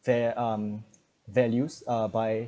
fair um values uh by